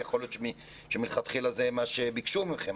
יכול להיות שמלכתחילה זה מה שביקשו מכם,